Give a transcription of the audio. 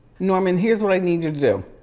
norman, here's what i need you to do,